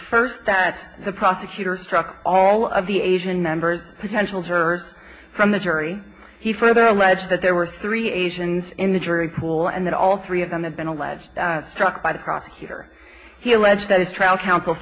first that the prosecutor struck all of the asian members potential jurors from the jury he further alleged that there were three asians in the jury pool and that all three of them had been alleged struck by the prosecutor he alleged that his trial coun